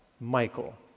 Michael